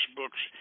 books